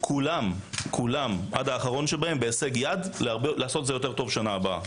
כולם עד האחרון שבהם בהישג יד לעשות את זה טוב יותר בשנה הבאה.